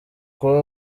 kuba